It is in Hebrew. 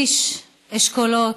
איש אשכולות,